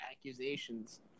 accusations –